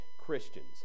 Christians